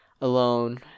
alone